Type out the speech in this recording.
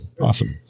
Awesome